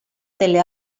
delle